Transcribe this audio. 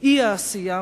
של אי-עשייה,